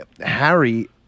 Harry